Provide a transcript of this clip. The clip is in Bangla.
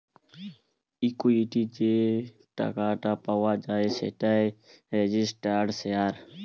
ইকুইটি যে টাকাটা পাওয়া যায় সেটাই রেজিস্টার্ড শেয়ার